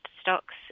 stocks